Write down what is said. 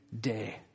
day